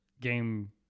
game